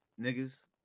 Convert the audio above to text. niggas